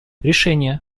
решения